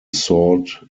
sought